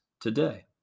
today